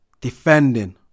Defending